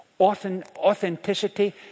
Authenticity